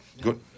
Good